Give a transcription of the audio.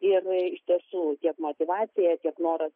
ir iš tiesų tiek motyvacija tiek noras